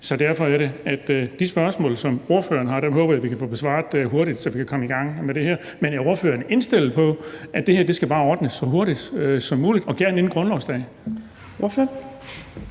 få besvaret de spørgsmål, som ordføreren har, hurtigt, så vi kan komme i gang med det her. Men er ordføreren indstillet på, at det her skal ordnes så hurtigt som muligt og gerne inden grundlovsdag?